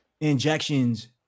injections